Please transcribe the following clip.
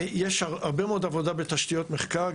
יש הרבה מאוד עבודה בתשתיות מחקר.